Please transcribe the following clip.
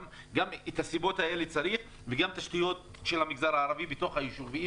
גם לסיבות האלה צריך להתייחס וגם לתשתיות של המגזר הערבי בתוך היישובים.